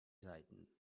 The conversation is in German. seiten